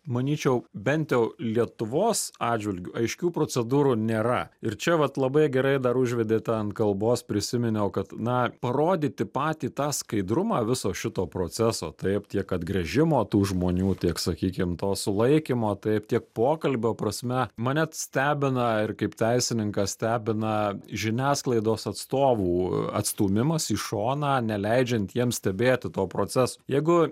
manyčiau bent jau lietuvos atžvilgiu aiškių procedūrų nėra ir čia vat labai gerai dar užvedėt ant kalbos prisiminiau kad na parodyti patį tą skaidrumą viso šito proceso taip tiek atgręžimo tų žmonių tiek sakykim to sulaikymo taip tiek pokalbio prasme mane t stebina ir kaip teisininką stebina žiniasklaidos atstovų atstūmimas į šoną neleidžiant jiems stebėti to proceso jeigu